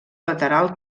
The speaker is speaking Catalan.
lateral